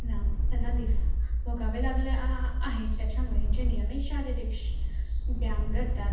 नाम त्यांना दिस भोगावे लागले आ आहे त्याच्यामुळे जे नियमित शारीरिक श् व्यायाम करतात